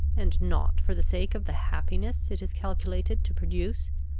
and not for the sake of the happiness it is calculated to produce?